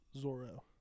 Zoro